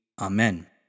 Amen